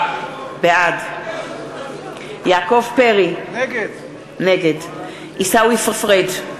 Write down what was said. בעד יעקב פרי, נגד עיסאווי פריג'